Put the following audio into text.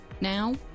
now